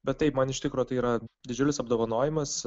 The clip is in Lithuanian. bet taip man iš tikro tai yra didžiulis apdovanojimas